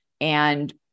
and-